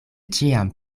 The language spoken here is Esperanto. ĉiam